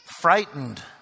frightened